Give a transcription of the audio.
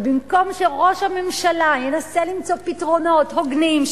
ובמקום שראש הממשלה ינסה למצוא פתרונות הוגנים,